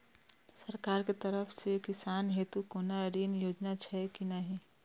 सरकार के तरफ से किसान हेतू कोना ऋण योजना छै कि नहिं?